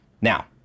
Now